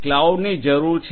જેથી ક્લાઉડની જરૂર છે